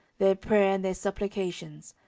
their prayer and their supplications,